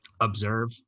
observe